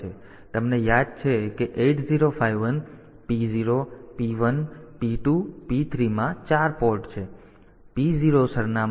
તેથી તમને યાદ છે કે 8051 P0 P1 P2 P3 માં 4 પોર્ટ છે